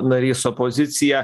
narys opozicija